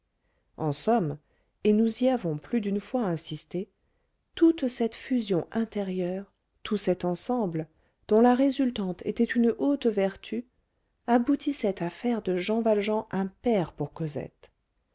en somme et nous y avons plus d'une fois insisté toute cette fusion intérieure tout cet ensemble dont la résultante était une haute vertu aboutissait à faire de jean valjean un père pour cosette